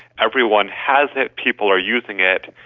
everyone has it, people are using it,